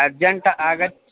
urgent आगच्छ